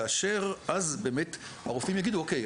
כאשר אז באמת הרופאים יגידו אוקיי,